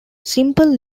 simple